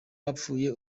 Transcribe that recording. bapfuye